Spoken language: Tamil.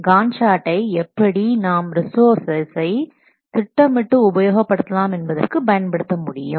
காண்ட் சார்ட்டை எப்படி நாம் ரிஸோர்ஸ்சசை திட்டமிட்டு உபயோகப்படுத்தலாம் என்பதற்கு பயன்படுத்த முடியும்